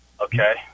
Okay